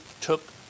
took